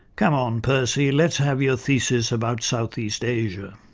come on percy, let's have your thesis about south east asia'.